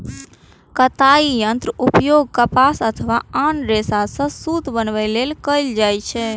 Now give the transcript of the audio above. कताइ यंत्रक उपयोग कपास अथवा आन रेशा सं सूत बनबै लेल कैल जाइ छै